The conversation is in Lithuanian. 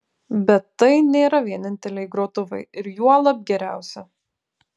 bet tai nėra vieninteliai grotuvai ir juolab geriausi